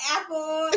Apple